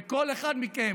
וכל אחד מכם